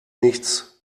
nichts